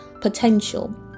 potential